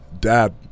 dad